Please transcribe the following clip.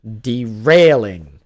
derailing